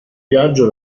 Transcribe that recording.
viaggio